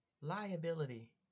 Liability